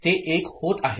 ते 1 होत आहे